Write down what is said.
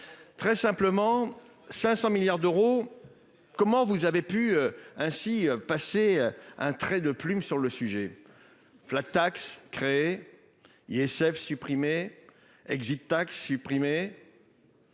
Très simplement, 500 milliards d'euros. Comment vous avez pu ainsi passer un trait de plume sur le sujet. Flat tax créé. ISF supprimé. Exit tax supprimée.